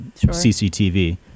CCTV